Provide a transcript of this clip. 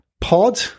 pod